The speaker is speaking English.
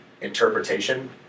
interpretation